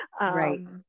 Right